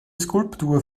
skulptur